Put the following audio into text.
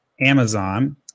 Amazon